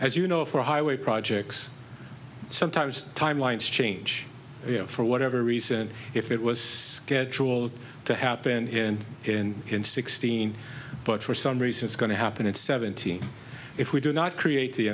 projects as you know for highway projects sometimes timelines change you know for whatever reason if it was scheduled to happen here in in sixteen but for some reason it's going to happen at seventeen if we do not create the